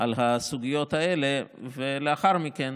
על הסוגיות האלה, ולאחר מכן